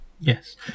Yes